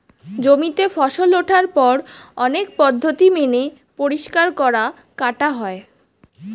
জমিতে ফসল ওঠার পর অনেক পদ্ধতি মেনে পরিষ্কার করা, কাটা হয়